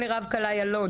בהקשר